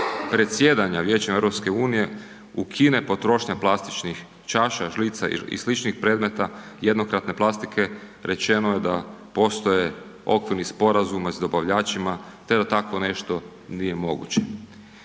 presjedanja Vijećem EU ukine potrošnja plastičnih čaša, žlica i sličnih predmeta jednokratne plastike rečeno je da postoje okvirni sporazumi s dobavljačima, te da takvo nešto nije moguće.